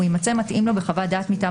הוא יימצא מתאים לו בחוות דעת מטעם